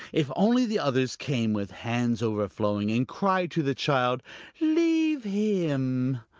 if only the others came, with hands overflowing and cried to the child leave him,